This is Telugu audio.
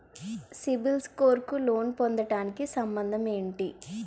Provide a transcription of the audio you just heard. సిబిల్ స్కోర్ కు లోన్ పొందటానికి సంబంధం ఏంటి?